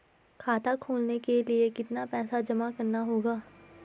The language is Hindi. खाता खोलने के लिये कितना पैसा जमा करना होगा?